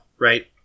right